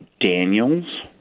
Daniels